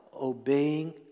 obeying